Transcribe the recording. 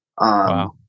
Wow